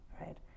right